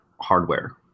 hardware